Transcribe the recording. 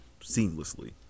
seamlessly